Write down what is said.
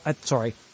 sorry